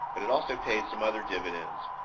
but it also paid some other dividends.